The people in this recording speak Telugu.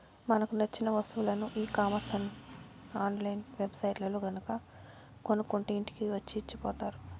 మనకు నచ్చిన వస్తువులని ecommerce online web సైట్లల్లో గనక కొనుక్కుంటే ఇంటికి వచ్చి ఇచ్చిపోతారు